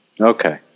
Okay